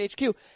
HQ